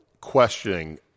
questioning